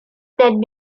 that